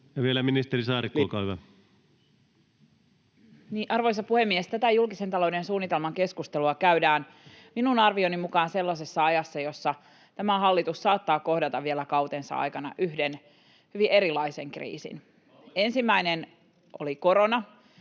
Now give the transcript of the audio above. Time: 16:12 Content: Arvoisa puhemies! Tätä julkisen talouden suunnitelman keskustelua käydään minun arvioni mukaan sellaisessa ajassa, jossa tämä hallitus saattaa kohdata vielä kautensa aikana yhden hyvin erilaisen kriisin. [Vilhelm Junnila: